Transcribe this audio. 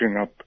up